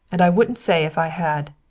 and i wouldn't say if i had.